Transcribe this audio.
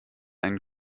einen